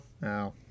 No